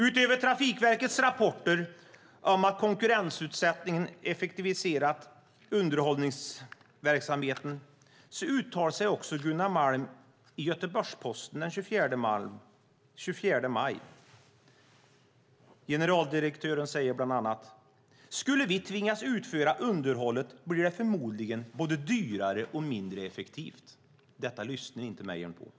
Utöver Trafikverkets rapporter om att konkurrensutsättningen effektiviserat underhållsverksamheten uttalade sig Gunnar Malm också i Göteborgs-Posten den 24 maj. Generaldirektören säger bland annat: Skulle vi tvingas utföra underhållet blir det förmodligen dyrare och mindre effektivt. Detta lyssnar inte Mejern Larsson på.